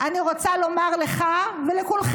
אני רוצה לומר לך ולכולכם: